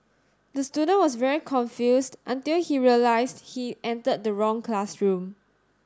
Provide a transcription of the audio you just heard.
the student was very confused until he realised he entered the wrong classroom